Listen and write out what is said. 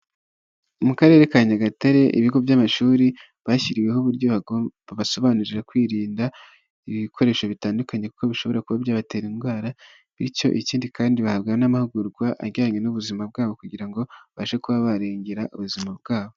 Mu Karere ka Nyagatare ibigo by'amashuri bashyiriweho uburyo babasobanurira kwirinda ibikoresho bitandukanye kuko bishobora kuba byabatera indwara, bityo ikindi kandi bahabwa n'amahugurwa ajyanye n'ubuzima bwabo kugira ngo babashe kuba barengera ubuzima bwabo.